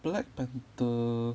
black panther